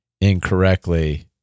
incorrectly